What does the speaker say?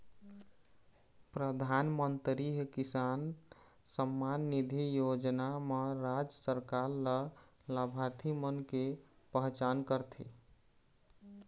परधानमंतरी किसान सम्मान निधि योजना म राज सरकार ल लाभार्थी मन के पहचान करथे